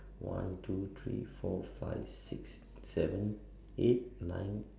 one two three four five six seven eight nine